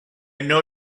know